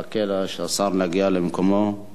נחכה שהשר יגיע למקומו.